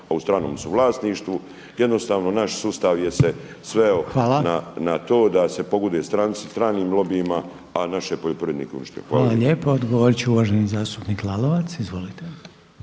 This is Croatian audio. a u stranom su vlasništvu. Jednostavno naš sustav se sveo na to da se pogoduje stranim lobijima, a naše poljoprivrednike je uništio. Hvala lijepo. **Reiner, Željko (HDZ)** Hvala lijepo.